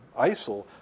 ISIL